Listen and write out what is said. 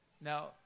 Now